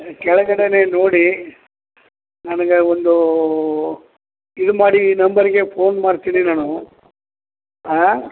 ಕೆಳಗಡೆನೆ ನೋಡಿ ನನಗೆ ಒಂದು ಇದು ಮಾಡಿ ಈ ನಂಬರ್ಗೆ ಫೋನ್ ಮಾಡ್ತೀನಿ ನಾನು ಹಾಂ